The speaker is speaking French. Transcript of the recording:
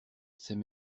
c’est